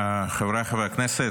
חבריי חברי הכנסת,